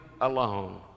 alone